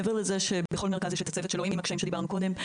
מעבר לזה שבכל מרכז יש את הצוות שלו עם הקשיים שדיברנו קודם,